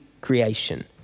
creation